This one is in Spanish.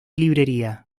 librería